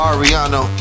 Ariano